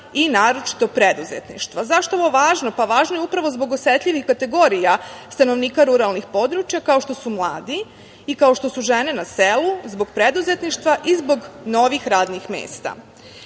i naročito preduzetništva.Zašto je ovo važno? Važno je upravo zbog osetljivih kategorija stanovnika ruralnih područaja kao što su mladi i kao što su žene na selu zbog preduzetništva i zbog novih radnih mesta. Razvoj